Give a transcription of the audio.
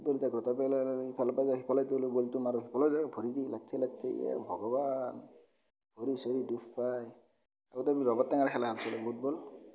football এতিয়া এঘাৰটা ইফালৰ পৰা যায় সেইফালে বলটো মাৰো সেইফালেদি ভৰিদি লথিয়াই লথিয়াই এই ভগৱান ভৰি চৰি দুখ পায় আগতে আমি ৰবাব টেঙাৰ খেলা খেলছিলো ফুটবল